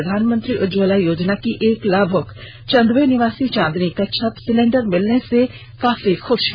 प्रधानमंत्री उज्जवला योजना की एक लाभुक चंदवे निवासी चांदनी कच्छप सिलेंडर मिलने से काफी खुष हैं